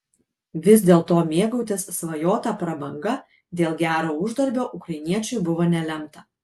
vis dėlto mėgautis svajota prabanga dėl gero uždarbio ukrainiečiui buvo nelemta